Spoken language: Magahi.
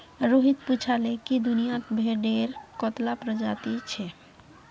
रोहित पूछाले कि दुनियात भेडेर कत्ला प्रजाति छे